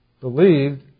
believed